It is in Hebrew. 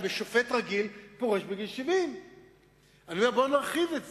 הרי שופט רגיל פורש בגיל 70. אני אומר שנרחיב את זה,